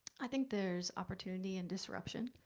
i think there's opportunity and disruption.